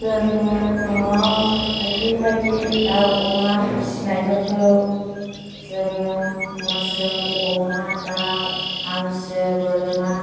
जोङो न'आव बायदि बायदि दाउ अमा फिसिनायफोरखौ जोङो मोसौ अमा दाउ हांसो बोरमा